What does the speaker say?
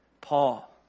Paul